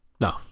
No